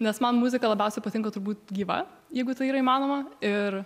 nes man muzika labiausiai patinka turbūt gyva jeigu tai yra įmanoma ir